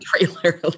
trailer